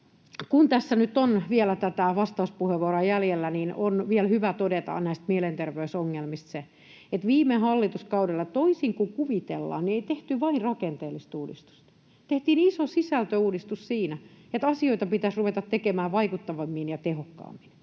Kun tässä nyt on vielä tätä vastauspuheenvuoroa jäljellä, on vielä hyvä todeta näistä mielenterveysongelmista se, että viime hallituskaudella, toisin kuin kuvitellaan, ei tehty vain rakenteellista uudistusta. Tehtiin iso sisältöuudistus siinä, että asioita pitäisi ruveta tekemään vaikuttavammin ja tehokkaammin.